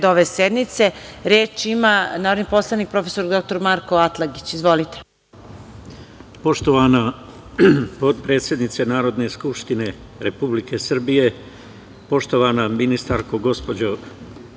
reda ove sednice. Reč ima narodni poslanik prof. dr Marko Atlagić. Izvolite. **Marko Atlagić** Poštovana potpredsednice Narodne skupštine Republike Srbije, poštovana ministarko, gospođo